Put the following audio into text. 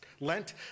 Lent